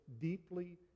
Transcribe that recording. deeply